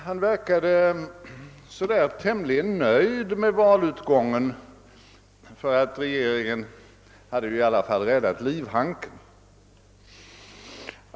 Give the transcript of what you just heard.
Han verkade tämligen nöjd med valutgången; regeringen hade ju i alla fall räddat livhanken.